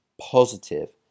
positive